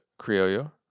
Criollo